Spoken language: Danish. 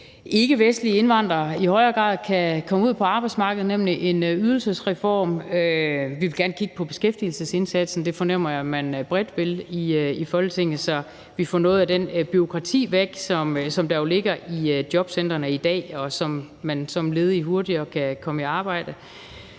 ikkevestlige indvandrere i højere grad kan komme ud på arbejdsmarkedet, nemlig en ydelsesreform. Vi vil gerne kigge på beskæftigelsesindsatsen, og det fornemmer jeg man bredt vil i Folketinget, så vi får noget af det bureaukrati væk, som der jo ligger i jobcentrene i dag, og så man som ledig hurtigere kan komme i arbejde.